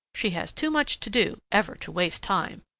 she has too much to do ever to waste time.